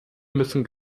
müssen